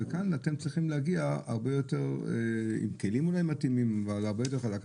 וכאן אתם צריכים להגיע עם כלים יותר מתאימים והרבה יותר חזק.